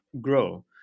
grow